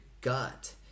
gut